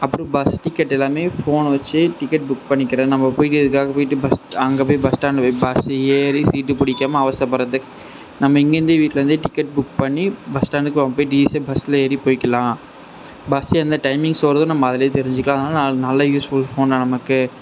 அப்பறம் bus ticket எல்லாமே ஃபோனை வச்சு டிக்கெட் புக் பண்ணிக்கிற நம்ம போய் இதுக்காக போய்ட்டு பஸ் அங்கே போய் பஸ் ஸ்டாண்டில் போய் பஸ்ஸு ஏறி சீட்டு பிடிக்காம அவஸ்தைப்பட்றதுக்கு நம்ம இங்கேருந்தே வீட்லேருந்தே டிக்கெட் புக் பண்ணி பஸ் ஸ்டாண்ட்டுக்கு அவங்க போய்ட்டு ஈஸியாக பஸ்ஸில் ஏறி போயிக்கலாம் பஸ் என்ன டைமிங்ஸ் வருதோ நம்ம அதிலே தெரிஞ்சுக்கிலாம் அதனால் நல்ல யூஸ் ஃபுல் ஃபோனால் நமக்கு